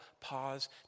pause